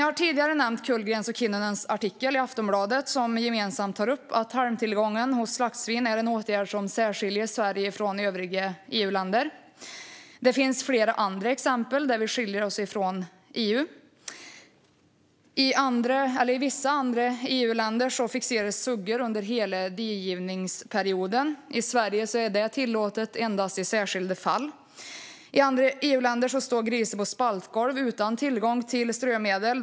Jag har tidigare nämnt Kullgrens och Kinnunens artikel i Aftonbladet där de gemensamt tog upp att åtgärderna vad gäller halmtillgången hos slaktsvin är något som särskiljer Sverige från övriga EU-länder. Det finns även flera andra exempel där vi skiljer oss från övriga EU-länder. I vissa andra EU-länder fixeras suggor under hela digivningsperioden. I Sverige är detta tillåtet endast i särskilda fall. I andra EU-länder står grisar på spaltgolv utan tillgång till strömedel.